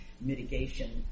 mitigation